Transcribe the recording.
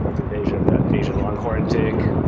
invasion of the asian longhorned tick.